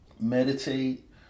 meditate